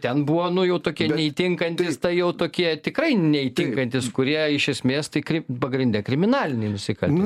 ten buvo nu jau tokie neįtinkantys tai jau tokie tikrai neįtinkantys kurie iš esmės tai kri pagrinde kriminaliniai nusikaltėliai